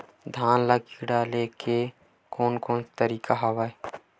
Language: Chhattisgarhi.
धान ल कीड़ा ले के कोन कोन तरीका हवय?